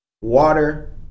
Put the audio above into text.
Water